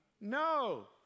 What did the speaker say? No